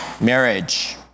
marriage